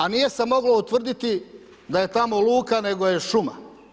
A nije se moglo utvrditi da je tamo luka nego je šuma.